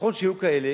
נכון שהיו כאלה